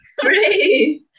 great